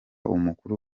umukuru